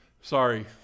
Sorry